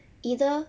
either